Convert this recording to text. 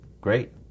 great